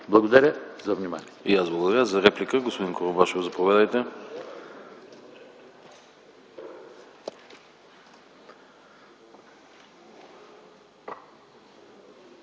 Благодаря за вниманието.